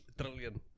trillion